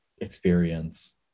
experience